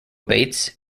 bates